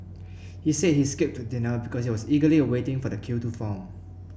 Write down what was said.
he said he skipped dinner because he was eagerly waiting for the queue to form